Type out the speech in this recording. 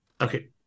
Okay